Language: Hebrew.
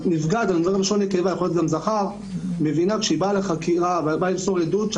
כשנפגעת מגיעה לחקירה למסור עדות,